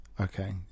Okay